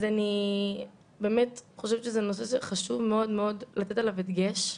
אני באמת חושבת שזה נושא שחשוב מאוד לתת עליו דגש,